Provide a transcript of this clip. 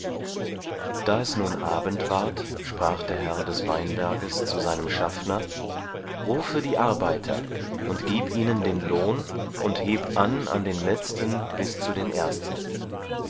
da es nun abend ward sprach der herr des weinberges zu seinem schaffner rufe die arbeiter und gib ihnen den lohn und heb an an den letzten bis zu den ersten